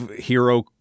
hero